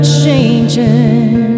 changing